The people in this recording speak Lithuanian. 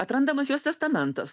atrandamas jos testamentas